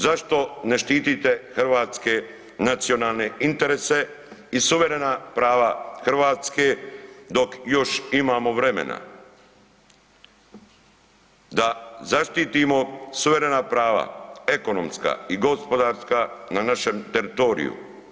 Zašto ne štitite hrvatske nacionalne interese i suverena prava Hrvatske dok još imamo vremena da zaštitimo suverena prava, ekonomska i gospodarska na našem teritoriju?